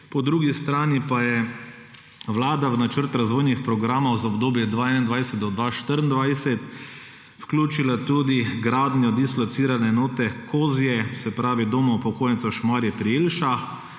po drugi strani pa je Vlada v načrt razvojnih programov za obdobje od 2021 do 2024 vključila tudi gradnjo dislocirane enote Doma upokojencev Šmarje pri Jelšah